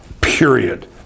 period